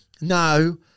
no